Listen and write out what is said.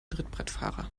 trittbrettfahrer